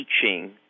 teaching